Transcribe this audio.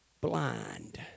blind